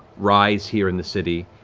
rise here in the city,